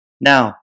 Now